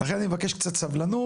לכן אני מבקש קצת סבלנות.